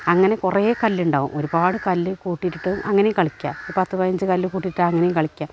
അങ്ങനെ കുറേ കല്ലുണ്ടാകും ഒരുപാട് കല്ല് കൂട്ടിയിട്ടിട്ട് അങ്ങനെ കളിയ്ക്കുക പത്തു പതിനഞ്ച് കല്ല് കൂട്ടീയിട്ടിട്ട് അങ്ങനെയും കളിക്കുക